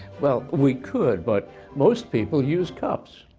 well, we could but most people use cups.